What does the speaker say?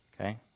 Okay